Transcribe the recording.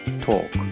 Talk